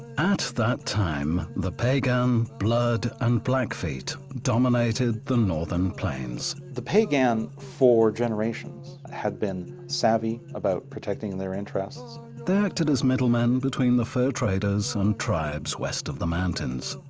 at that time, the piegan, blood and blackfeet dominated the northern plains. the piegan for generations have been savvy about protecting their interests. they acted as middlemen between the fur traders and tribes west of the mountains.